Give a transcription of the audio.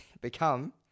become